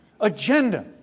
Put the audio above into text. Agenda